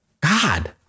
God